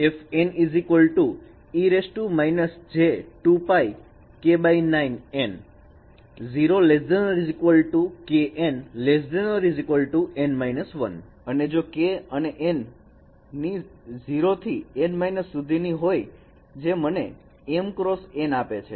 e ℱN −j2π n kN 0≤kn≤N−1 અને જો k અને n ની શ્રેણી 0 થી N 1 સુધી ની હોય છે જે મને m X n મેટ્રિક્સ આપે છે